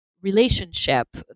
relationship